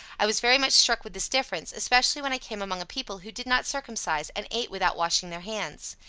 i was very much struck with this difference, especially when i came among a people who did not circumcise, and ate without washing their hands.